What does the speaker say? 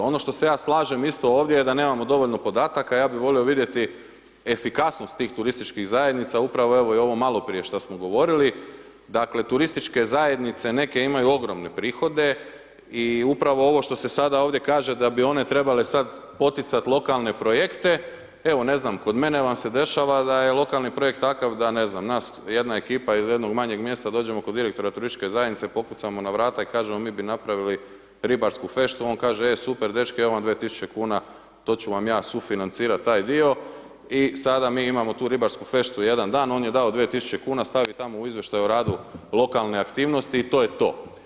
Ono što se ja slažem isto ovdje da nemamo dovoljno podataka, ja bi volio vidjeti efikasnost tih turističkih zajednica, upravo evo i ovo malo prije što smo govorili, dakle, turističke zajednice, neke imaju ogromne prihode i upravo ovo što se sada ovdje kaže da bi one trebale sad poticat lokalne projekte, evo ne znam, kod mene vam se dešava da je lokalni projekt takav da ne znam, nas, jedna ekipa iz jednog manjeg mjesta dođemo kod direktora turističke zajednice, pokucamo na vrata i kažemo mi bi napravili ribarsku feštu, on kaže e super dečki evo vam 2.000 kuna to ću vam ja sufinancirat taj dio i sada mi imamo tu ribarsku feštu jedan dan on dao 2.000 kuna, stavi tamo u izvještaj o radu lokalne aktivnosti i to je to.